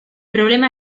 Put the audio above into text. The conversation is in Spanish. problema